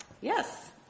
Yes